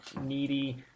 needy